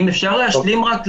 אם אפשר להשלים רק,